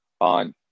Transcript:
on